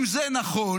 אם זה נכון,